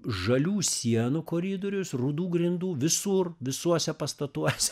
žalių sienų koridorius rudų grindų visur visuose pastatuose